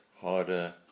harder